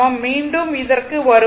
மீண்டும் இதற்கு வருவோம்